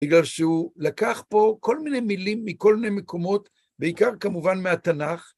בגלל שהוא לקח פה כל מיני מילים מכל מיני מקומות, בעיקר כמובן מהתנ"ך.